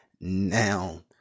now